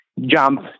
jump